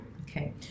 Okay